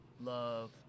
love